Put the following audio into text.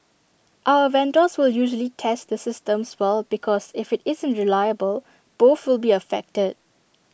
our vendors will usually test the systems well because if IT isn't reliable both will be affected